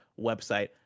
website